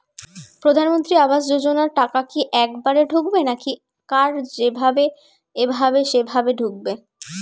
প্রধানমন্ত্রী আবাস যোজনার টাকা কি একবারে ঢুকবে নাকি কার যেভাবে এভাবে সেভাবে ঢুকবে?